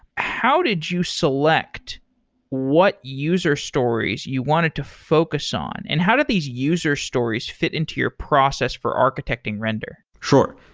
how did you select what user stories you wanted to focus on and how do these user stories fit into your process for architecting render? sure.